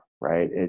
right